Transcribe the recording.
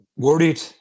Worried